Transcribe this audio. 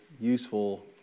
Useful